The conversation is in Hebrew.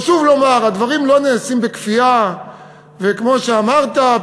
חשוב לומר: הדברים לא נעשים בכפייה כמו שאמרת,